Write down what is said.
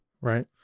Right